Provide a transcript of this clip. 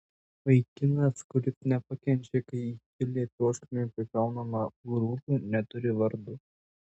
vaikinas kuris nepakenčia kai į čili troškinį prikraunama kukurūzų neturi vardo